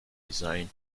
design